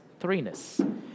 threeness